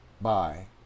Bye